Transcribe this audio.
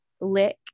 Lick